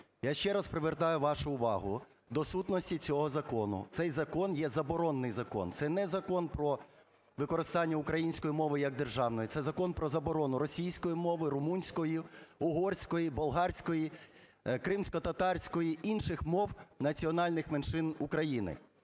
Я ще раз привертаю вашу увагу до сутності цього закону. Цей закон є заборонний закон, це не Закон про використання української мови як державної, це закон про заборону російської мови, румунської, угорської, болгарської, кримськотатарської, інших мов національних меншин України.